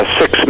six